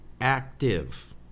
active